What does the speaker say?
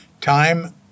time